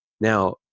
Now